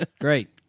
Great